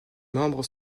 membres